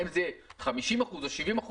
האם זה יהיה 50% או 70%,